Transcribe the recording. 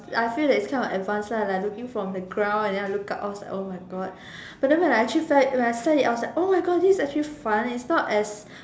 like I feel that it's kind of advanced lah like looking from the ground and then I look up I was like oh my god but then when I actually felt it when I felt it oh my god this is actually fun it's not as